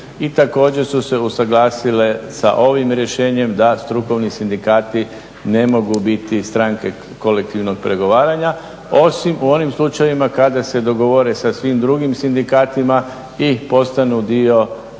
i također su se usuglasile sa ovim rješenjem da strukovni sindikati ne mogu biti stranke kolektivnog pregovaranja, osim u onim slučajevima kada se dogovore sa svim drugim sindikatima i postanu dio pregovaračkog